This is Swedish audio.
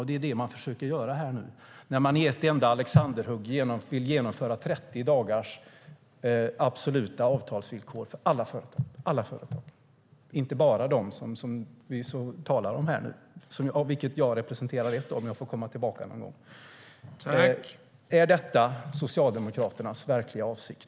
Trots det försöker de nu göra det genom att med ett alexanderhugg vilja införa 30 dagars absoluta avtalsvillkor för alla företag, inte bara för dem som vi här talar om, av vilka jag representerar ett om jag någon gång får komma tillbaka. Är det Socialdemokraternas verkliga avsikt?